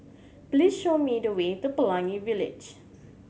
please show me the way to Pelangi Village